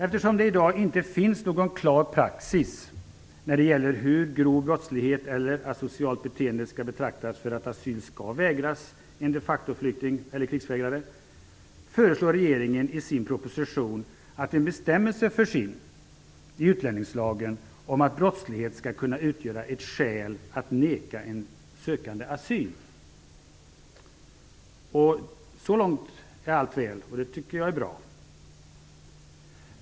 Eftersom det i dag inte finns någon klar praxis när det gäller hur grov brottslighet eller asocialt beteende skall betraktas för att asyl skall vägras en de factoflykting eller krigsvägrare föreslår regeringen i sin proposition att en bestämmelse förs in i utlänningslagen om att brottslighet skall kunna utgöra ett skäl för att neka en sökande asyl. Så långt är allt väl, och detta är något som jag tycker är bra.